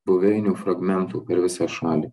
buveinių fragmentų per visą šalį